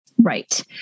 Right